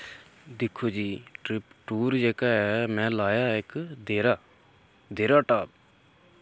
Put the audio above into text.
दिक्खो जी trip tour जेह्का ऐ में लाया ऐ इक देह्ऱा देह्ऱा टाप